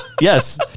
Yes